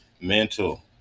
mental